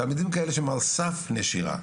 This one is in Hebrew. תלמידים שהם על סף נשירה,